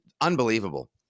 unbelievable